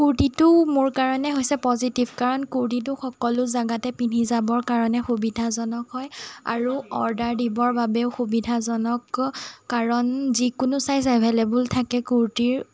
কুৰ্টিটো মোৰ কাৰণে হৈছে পজিটিভ কাৰণ কুৰ্টিটো সকলো জেগাতে পিন্ধি যাবৰ কাৰণে সুবিধাজনক হয় আৰু অৰ্ডাৰ দিবৰ বাবেও সুবিধাজনক কাৰণ যিকোনো চাইজ এভেইলেবল থাকে কুৰ্টিৰ